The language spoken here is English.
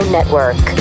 Network